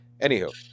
Anywho